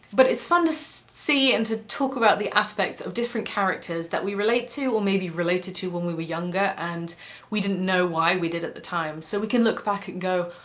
but it's fun to see and to talk about the aspects of different characters that we relate to or maybe related to when we were younger and we didn't know why we did at the time. so we can look back and go,